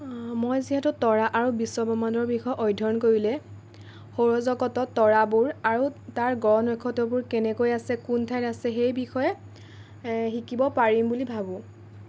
মই যিহেতু তৰা আৰু বিশ্বব্ৰহ্মাণ্ডৰ বিষয়ে অধ্যয়ন কৰিলে সৌৰজগতত তৰাবোৰ আৰু তাৰ গ্ৰহ নক্ষত্ৰবোৰ কেনেকৈ আছে কোন ঠাইত আছে সেই বিষয়ে শিকিব পাৰিম বুলি ভাবোঁ